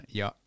ja